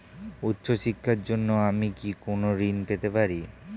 উচ্চশিক্ষার জন্য আমি কি কোনো ঋণ পেতে পারি?